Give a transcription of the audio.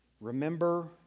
Remember